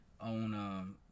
on